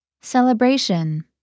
Celebration